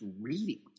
reading